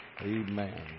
Amen